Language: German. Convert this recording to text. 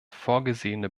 vorgesehene